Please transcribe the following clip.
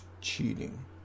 cheating